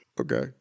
Okay